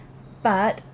but